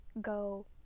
go